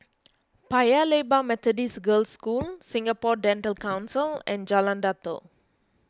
Paya Lebar Methodist Girls' School Singapore Dental Council and Jalan Datoh